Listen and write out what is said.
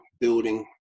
building